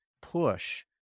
push